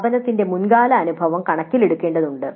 സ്ഥാപനത്തിന്റെ മുൻകാല അനുഭവം കണക്കിലെടുക്കേണ്ടതുണ്ട്